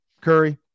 Curry